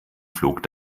flog